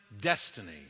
destiny